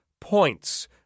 points